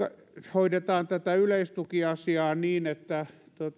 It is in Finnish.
hoidetaan tätä yleistukiasiaa niin että